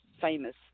famous